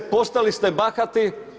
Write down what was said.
Postali ste bahati.